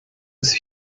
ist